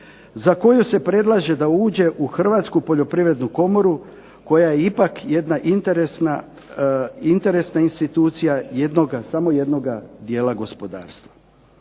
za koju se predlaže da uđe u Hrvatsku poljoprivrednu komoru koja je ipak jedna interesna institucija samo jednoga dijela gospodarstva.